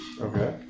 Okay